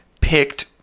picked